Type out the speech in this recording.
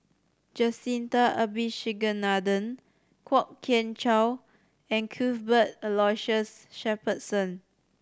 Jacintha Abisheganaden Kwok Kian Chow and Cuthbert Aloysius Shepherdson